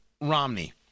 Romney